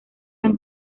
tan